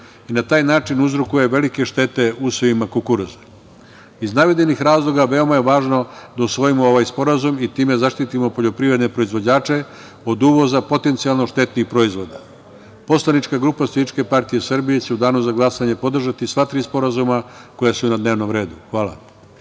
i na taj način uzrokuje velike štete usevima kukuruza. Iz navedenih razloga, veoma je važno da usvojimo ovaj Sporazum i time zaštitimo poljoprivredne proizvođače od uvoza potencijalno štetnih proizvoda. Poslanička grupa SPS će u Danu za glasanje podržati sva tri sporazuma koja su na dnevnom redu. Hvala.